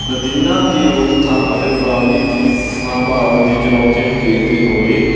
ਨਦੀਨਾਂ ਦੀ ਰੋਕਥਾਮ ਅਤੇ ਪਰਾਲੀ ਦੀ ਸੰਭਾਲ ਦੀ ਚੁਣੌਤੀਆਂ ਨੂੰ ਦੇਖਦੇ ਹੋਏ